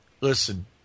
Listen